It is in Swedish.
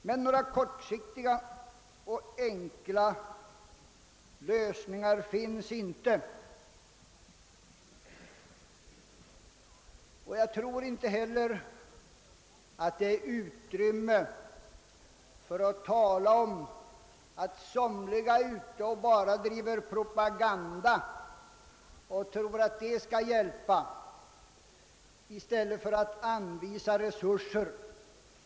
Men några kortsiktiga och enkla lösningar finns inte, och inte heller finns det väl utrymme för att tala om att somliga bara driver propaganda, i tro att det skall hjälpa, i stället för att anvisa resurser.